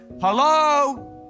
hello